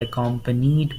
accompanied